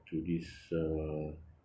okay this uh